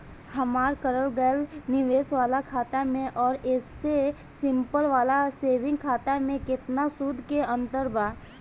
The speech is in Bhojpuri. हमार करल गएल निवेश वाला खाता मे आउर ऐसे सिंपल वाला सेविंग खाता मे केतना सूद के अंतर बा?